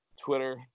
Twitter